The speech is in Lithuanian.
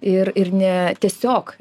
ir ir ne tiesiog